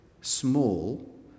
small